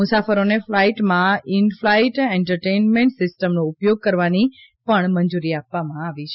મુસાફરોને ફ્લાઇટમાં in flight entertainment સિસ્ટમનો ઉપયોગ કરવાની મંજૂરી આપવામાં આવી છે